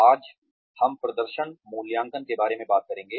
आज हम प्रदर्शन मूल्यांकन के बारे में बात करेंगे